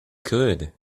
could